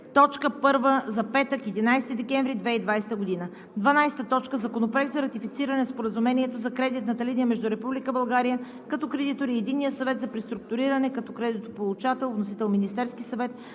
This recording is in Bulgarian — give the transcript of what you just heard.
точка първа за петък, 11 декември 2020 г. 12. Законопроект за ратифициране на Споразумението за кредитна линия между Република България като кредитор и Единния съвет за преструктуриране като кредитополучател. Вносител – Министерският съвет